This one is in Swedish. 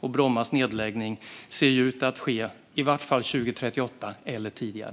Brommas nedläggning ser ut att ske i vart fall 2038, eller tidigare.